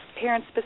parents